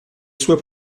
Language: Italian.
sue